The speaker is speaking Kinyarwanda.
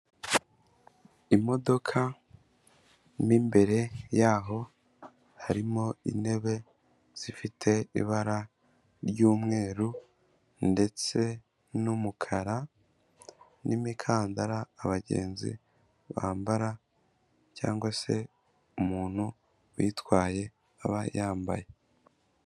Imodoka mo imbere yaho, harimo intebe zifite ibara ry'umweru ndetse n'umukara n'imikandara abagenzi bambara cyangwa se umuntu uyitwaye aba yambaye.